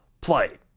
play